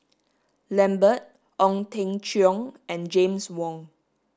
Lambert Ong Teng Cheong and James Wong